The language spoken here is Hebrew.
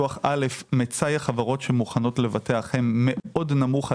מצאי חברות הביטוח שמוכנות לבטח מאוד נמוך,